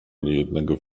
niejednego